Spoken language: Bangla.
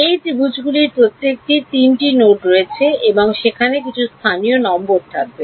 এই ত্রিভুজগুলির প্রত্যেকটির তিনটি নোড রয়েছে এবং সেখানে কিছু স্থানীয় নম্বর থাকবে